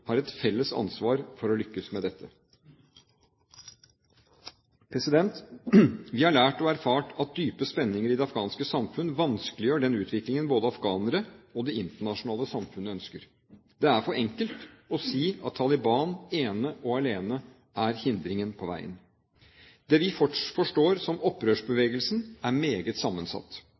har et felles ansvar for å lykkes med dette. Vi har lært og erfart at dype spenninger i det afghanske samfunn vanskeliggjør den utviklingen både afghanere og det internasjonale samfunn ønsker. Det er for enkelt å si at Taliban ene og alene er hindringen på veien. Det vi forstår som opprørsbevegelsen, er meget sammensatt.